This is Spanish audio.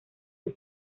sus